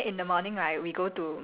ya then in the